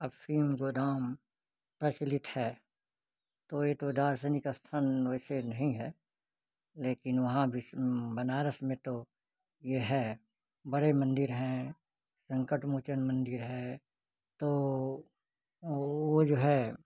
अफ़ीम गोदाम प्रचलित है कोई तो वैसे दार्शनिक स्थल नहीं है लेकिन वहाँ विश्व बनारस में तो है यह है बड़े मंदिर हैं संकट मोचन मंदिर है तो वह जो है